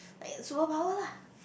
like superpower lah